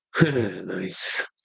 Nice